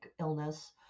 illness